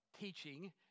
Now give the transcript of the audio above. teaching